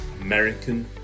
American